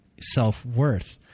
self-worth